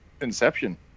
inception